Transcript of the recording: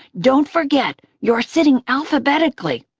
don't forget, you're sitting alphabetically.